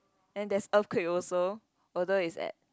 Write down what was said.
and there's earthquake also although it's at